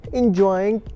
enjoying